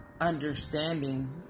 understanding